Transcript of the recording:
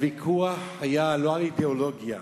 הוויכוח היה לא על אידיאולוגיה,